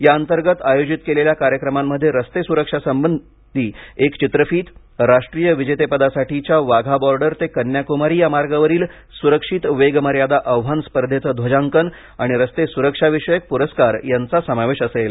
याअंतर्गत आयोजित केलेल्या कार्यक्रमांमध्ये रस्ते सुरक्षासंबंधी एक चित्रफीत राष्ट्रीय विजेतेपदासाठीच्या वाघा बॉर्डर ते कन्याकुमारी या मार्गावरील सुरक्षित वेग मर्यादा आव्हान स्पर्धेचं ध्वजांकन आणि रस्ते सुरक्षाविषयक पुरस्कार यांचा समावेश असेल